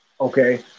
Okay